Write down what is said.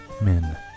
men